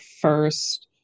first